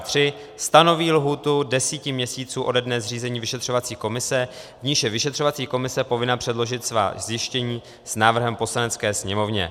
III. stanoví lhůtu desíti měsíců ode dne zřízení vyšetřovací komise, v níž je vyšetřovací komise povinna předložit svá zjištění s návrhem Poslanecké sněmovně;